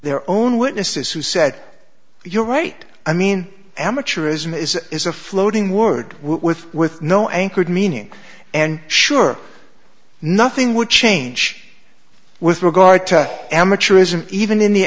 their own witnesses who said you're right i mean amateurism is is a floating word with with no anchored meaning and sure nothing would change with regard to amateurism even in the